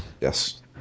Yes